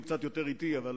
הוא קצת יותר אטי, אבל